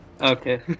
Okay